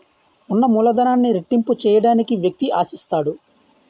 ఉన్న మూలధనాన్ని రెట్టింపు చేయడానికి వ్యక్తి ఆశిస్తాడు